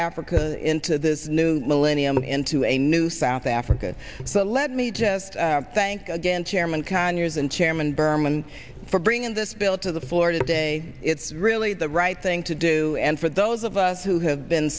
africa into this new millennium into a new south africa so let me just thank again chairman conyers and chairman berman for bringing this bill to the floor today it's really the right thing to do and for those of us who have been